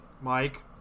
Mike